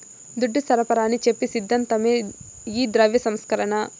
దుడ్డు సరఫరాని చెప్పి సిద్ధాంతమే ఈ ద్రవ్య సంస్కరణ